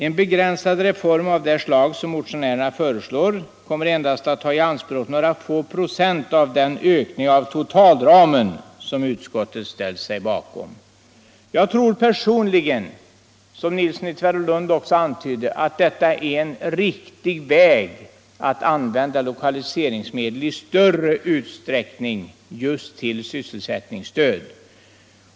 En begränsad reform av det slag som motionärerna föreslår kommer endast att ta i anspråk några få procent av den ökning av totalramen som utskottet ställt sig bakom.” Jag tror personligen — som herr Nilsson i Tvärålund också antydde — att det är riktigt att i större utsträckning använda lokaliseringsmedel just till sysselsättningsstöd.